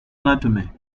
anatomy